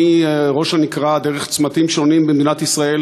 מראש-הנקרה דרך צמתים שונים במדינת ישראל,